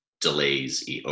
delays